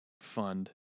fund